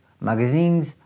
magazines